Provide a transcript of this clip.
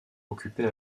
occupait